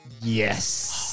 yes